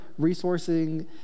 resourcing